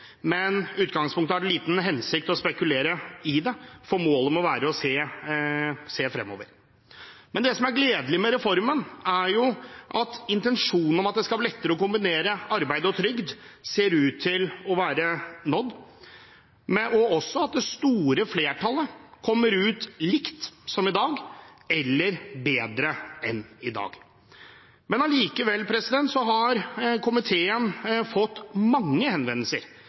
men i utgangspunktet har det liten hensikt å spekulere i det, for målet må være å se fremover. Det som er gledelig med reformen, er at intensjonen om at det skal bli lettere å kombinere arbeid og trygd, ser ut til å være nådd, men også at det store flertallet kommer ut likt, som i dag, eller bedre enn i dag. Allikevel har komiteen fått mange henvendelser